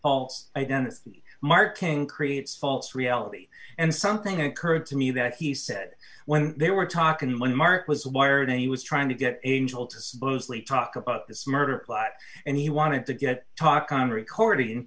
false identity marking creates false reality and something occurred to me that he said when they were talkin when mark was wired he was trying to get angel to supposedly talk about this murder plot and he wanted to get talk on recording